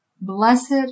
Blessed